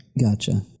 Gotcha